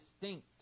distinct